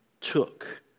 took